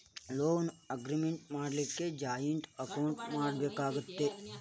Loan agreement ಮಾಡ್ಲಿಕ್ಕೆ joint account ಮಾಡ್ಬೆಕಾಕ್ಕತೇ?